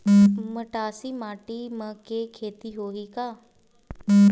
मटासी माटी म के खेती होही का?